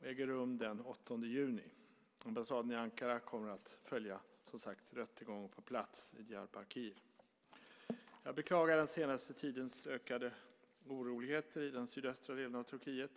äger rum den 8 juni. Ambassaden i Ankara kommer att följa rättegången på plats i Diyarbakir. Jag beklagar den senaste tidens ökade oroligheter i den sydöstra delen av Turkiet.